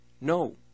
No